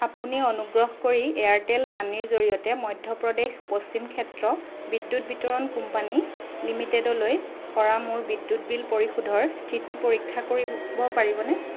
আপুনি অনুগ্ৰহ কৰি এয়াৰটেল মানিৰ জৰিয়তে মধ্যপ্ৰদেশ পশ্চিম ক্ষেত্ৰ বিদ্যুৎ বিতৰণ কোম্পানী লিমিটেড লৈ কৰা মোৰ বিদ্যুৎ বিল পৰিশোধৰ স্থিতি পৰীক্ষা কৰিব পাৰিবনে